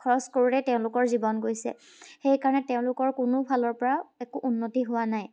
খৰচ কৰোঁতে তেওঁলোকৰ জীৱন গৈছে সেইকাৰণে তেওঁলোকৰ কোনো ফালৰ পৰা একো উন্নতি হোৱা নাই